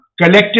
collective